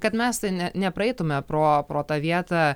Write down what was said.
kad mes tai ne nepraeitume pro pro tą vietą